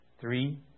three